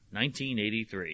1983